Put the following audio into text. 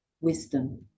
wisdom